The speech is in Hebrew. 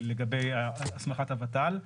לגבי הסמכת הות"ל,